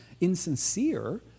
insincere